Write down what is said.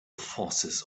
forces